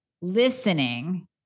listening